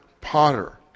potter